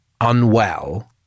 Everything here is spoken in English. unwell